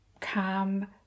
calm